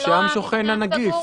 לא המבנה הסגור?